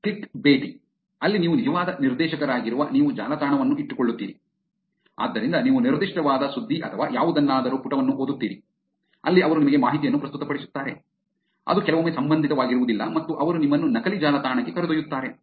clickbaiting ಅಲ್ಲಿ ನೀವು ನಿಜವಾದ ನಿರ್ದೇಶಕರಾಗಿರುವ ನೀವು ಜಾಲತಾಣವನ್ನು ಇಟ್ಟುಕೊಳ್ಳುತ್ತೀರಿ ಆದ್ದರಿಂದ ನೀವು ನಿರ್ದಿಷ್ಟವಾದ ಸುದ್ದಿ ಅಥವಾ ಯಾವುದನ್ನಾದರೂ ಪುಟವನ್ನು ಓದುತ್ತೀರಿ ಅಲ್ಲಿ ಅವರು ನಿಮಗೆ ಮಾಹಿತಿಯನ್ನು ಪ್ರಸ್ತುತಪಡಿಸುತ್ತಾರೆ ಅದು ಕೆಲವೊಮ್ಮೆ ಸಂಬಂಧಿತವಾಗಿರುವುದಿಲ್ಲ ಮತ್ತು ಅವರು ನಿಮ್ಮನ್ನು ನಕಲಿ ಜಾಲತಾಣಕ್ಕೆ ಕರೆದೊಯ್ಯುತ್ತಾರೆ